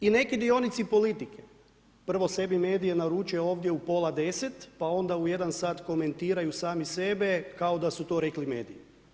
I neki dionici politike, prvo sebi medije naruče ovdje u pola deset, pa onda u jedan sat komentiraju sami sebe kao da su to rekli mediji.